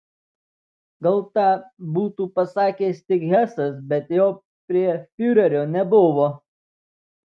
gal tą būtų pasakęs tik hesas bet jo prie fiurerio nebuvo